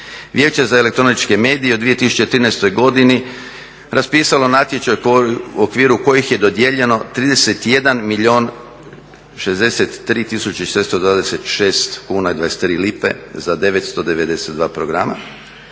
Vijeće za elektroničke medije u 2013. godini raspisalo natječaj u okviru kojih je dodijeljeno 31 milijun 63 tisuće 626 kuna i 23 lipe za 992 programa.